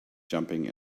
jumping